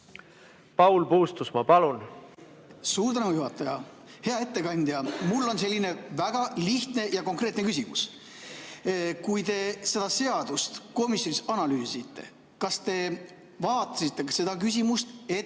Paul Puustusmaa, palun! Suur tänu, juhataja! Hea ettekandja! Mul on selline väga lihtne ja konkreetne küsimus. Kui te seda seadust komisjonis analüüsisite, siis kas te vaatasite seda küsimust, et see